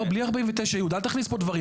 לא, בלי 49י, אל תכניס פה עיזים.